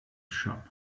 shop